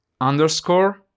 underscore